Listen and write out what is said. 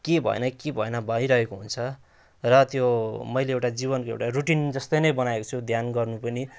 के भएन के भएन भइरहेको हुन्छ र त्यो मैले एउटा जीवनको एउटा रुटिन जस्तै नै बनाएको छु ध्यान गर्नु पनि